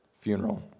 funeral